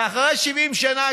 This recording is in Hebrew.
אחרי 70 שנה,